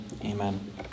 Amen